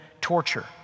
torture